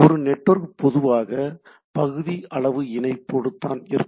ஒரு நெட்வொர்க் பொதுவாக பகுதி அளவு இணைப்போடு தான் இருக்கும்